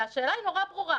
והשאלה היא נורא ברורה: